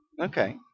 Okay